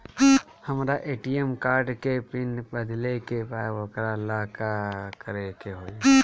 हमरा ATM card के PIN बदले के बा वोकरा ला का करे के होई?